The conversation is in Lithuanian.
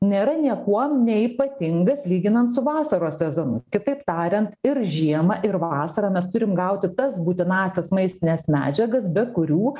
nėra niekuom neypatingas lyginant su vasaros sezonu kitaip tariant ir žiemą ir vasarą mes turim gauti tas būtinąsias maistines medžiagas be kurių